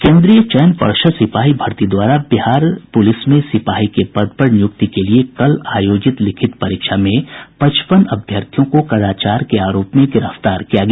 केन्द्रीय चयन पर्षद सिपाही भर्ती द्वारा बिहार पुलिस में सिपाही के पद पर नियुक्ति के लिए कल आयोजित लिखित परीक्षा में पचपन अभ्यर्थियों को कदाचार के आरोप में गिरफ्तार किया गया